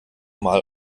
mal